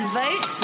vote